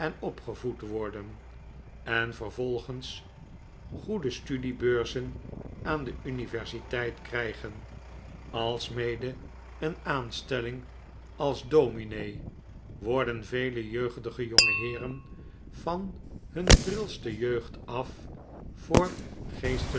opgevoed worden en vervolgens goede studiebeurzen aan de universiteit krijgen alsmede een aanstelling als dominee worden vele jeugdige jongeheeren van hun prilste jeugd af voor